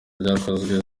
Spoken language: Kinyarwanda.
ryakoze